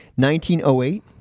1908